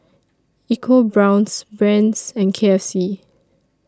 EcoBrown's Brand's and K F C